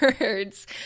words